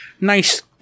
nice